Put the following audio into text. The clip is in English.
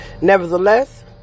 Nevertheless